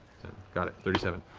got it. thirty seven.